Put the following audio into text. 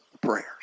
prayers